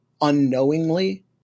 unknowingly